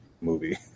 movie